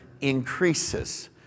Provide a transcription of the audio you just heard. increases